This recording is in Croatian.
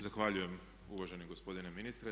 Zahvaljujem uvaženi gospodine ministre.